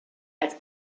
als